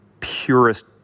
purest